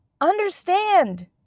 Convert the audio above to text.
understand